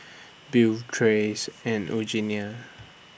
Bill Trace and Eugenia